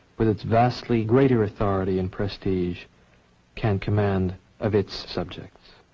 with it's vastly greater authority and prestige can command of its subjects.